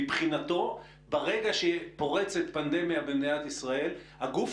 מבחינתו ברגע שפורצת פנדמיה במדינת ישראל הגוף